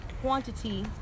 quantity